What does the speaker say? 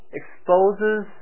exposes